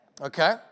Okay